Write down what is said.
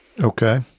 Okay